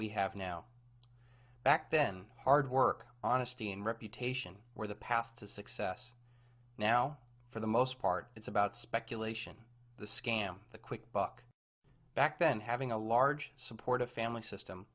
we have now back then hard work honesty and reputation where the path to success now for the most part it's about speculation the scam the quick buck back then having a large supportive family system